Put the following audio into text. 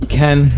ken